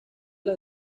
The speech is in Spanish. las